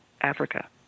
Africa